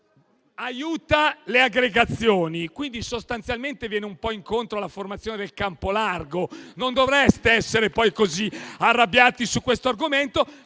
aiuta le aggregazioni e, quindi, sostanzialmente viene un po' incontro alla formazione del campo largo. Pertanto, non dovreste essere poi così arrabbiati su questo argomento.